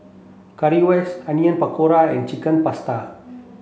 Currywurst Onion Pakora and Chicken Pasta